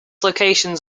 locations